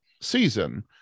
season